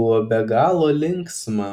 buvo be galo linksma